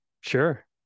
sure